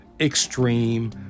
extreme